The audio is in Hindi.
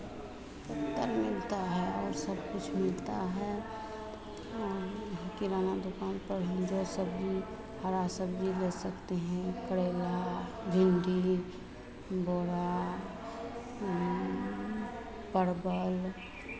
पत्तल मिलता है और सबकुछ मिलता है किराना दुकान पर हम जो सब्ज़ी हरा सब्ज़ी ले सकते हैं करेला भिंडी बोरा परवल